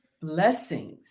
blessings